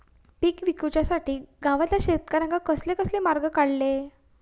पीक विकुच्यासाठी गावातल्या शेतकऱ्यांनी कसले कसले मार्ग काढले?